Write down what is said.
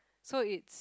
so it's